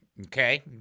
Okay